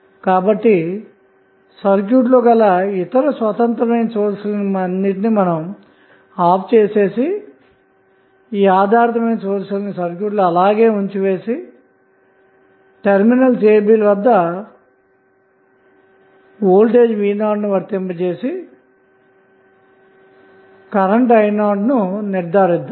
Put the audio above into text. కాబట్టి సర్క్యూట్ లో గల స్వతంత్రమైన సోర్స్ లను ఆఫ్ చేసి ఆధారితమైన సోర్స్ ని సర్క్యూట్ లో అలాగే ఉంచి వేసి టెర్మినల్ ab ల వద్దవోల్టేజ్ v 0ను వర్తింపజేసి కరెంటు i 0 ను నిర్ధారిద్దాము